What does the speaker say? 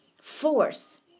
force